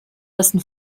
dessen